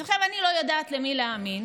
אז עכשיו אני לא יודעת למי להאמין.